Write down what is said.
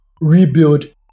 rebuild